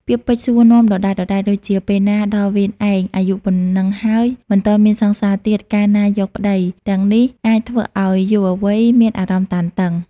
ពាក្យពេចន៍សួរនាំដដែលៗដូចជា ពេលណាដល់វេនឯង អាយុប៉ុណ្ណឹងហើយមិនទាន់មានសង្សារទៀត កាលណាយកប្តី ទាំងនេះអាចធ្វើឲ្យយុវវ័យមានអារម្មណ៍តានតឹង ។